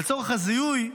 לצורך הזיהוי,